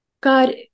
God